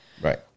Right